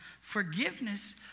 forgiveness